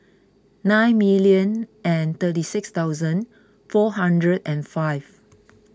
nine million and thirty six thousand four hundred and five